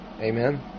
Amen